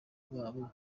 babo